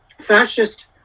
fascist